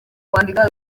kwandika